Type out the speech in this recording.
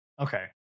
Okay